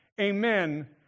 Amen